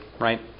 right